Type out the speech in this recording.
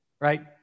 right